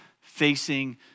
facing